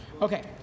Okay